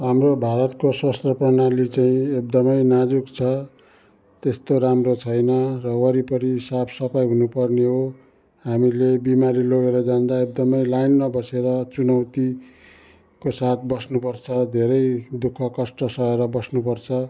हाम्रो भारतको स्वास्थ्य प्रणाली चाहिँ एकदम नाजुक छ त्यस्तो राम्रो छैन र वरिपरि साफ सफाइ हुनु पर्ने हो हामीले बिमारी लगेर जाँदा एकदम लाइनमा बसेर चुनौती को साथ बस्नु पर्छ धेरै दुःख कष्ट सहेर बस्नु पर्छ